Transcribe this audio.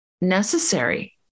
necessary